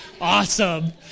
Awesome